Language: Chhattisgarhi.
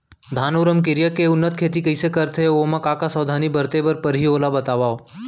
धान अऊ रमकेरिया के उन्नत खेती कइसे करथे अऊ ओमा का का सावधानी बरते बर परहि ओला बतावव?